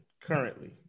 currently